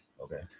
Okay